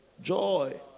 Joy